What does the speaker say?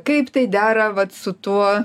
kaip tai dera vat su tuo